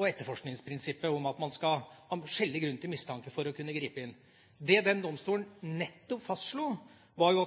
og etterforskningsprinsippet om at man skal ha skjellig grunn til mistanke for å kunne gripe inn. Det den domstolen nettopp fastslo, var jo